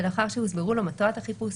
ולאחר שהוסברו לו מטרת החיפוש,